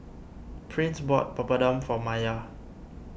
Prince bought Papadum for Maiya